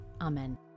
Amen